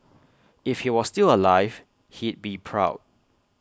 if he was still alive he'd be proud